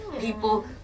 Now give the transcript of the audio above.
people